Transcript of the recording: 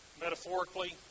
Metaphorically